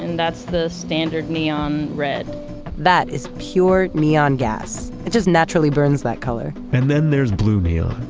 and that's the standard neon red that is pure neon gas. it just naturally burns that color and then there is blue neon,